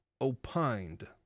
opined